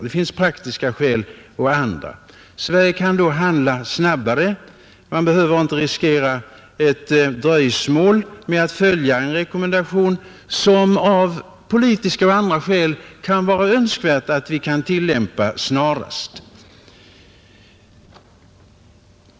Det finns praktiska och andra skäl för det. Sverige kan då handla snabbare. Man behöver inte riskera ett dröjsmål med att följa en rekommendation som det kanske av politiska och andra skäl kan vara önskvärt att vi tillämpar snarast.